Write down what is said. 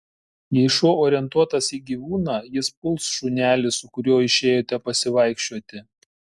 jei šuo orientuotas į gyvūną jis puls šunelį su kuriuo išėjote pasivaikščioti